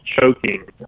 Choking